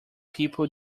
people